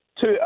Two